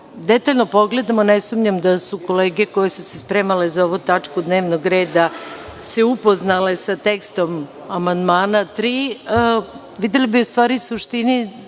detaljno pogledamo ne sumnjam da su kolege koje su se spremale za ovu tačku dnevnog reda se upoznale sa tekstom amandmana 3. videli bi u stvari suštinu